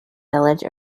village